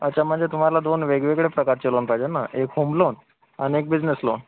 अच्छा म्हणजे तुम्हाला दोन वेगवेगळ्या प्रकारचे लोन पाहिजे ना एक होम लोन आणि एक बिजनेस लोन